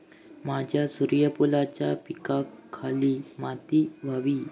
माझ्या सूर्यफुलाच्या पिकाक खयली माती व्हयी?